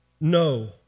No